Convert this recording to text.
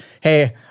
hey